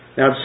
Now